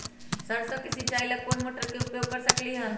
सरसों के सिचाई ला कोंन मोटर के उपयोग कर सकली ह?